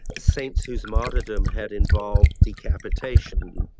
saints whose martyrdom had involved decapitation.